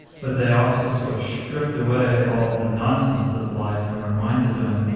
but they also sort of stripped away all the nonsense of life and reminded them, you